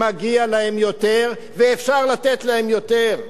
מגיע להם יותר ואפשר לתת להם יותר.